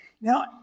Now